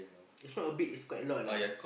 is not a bit is quite a lot lah